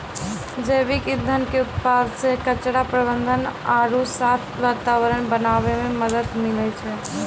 जैविक ईंधन के उत्पादन से कचरा प्रबंधन आरु साफ वातावरण बनाबै मे मदत मिलै छै